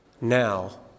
now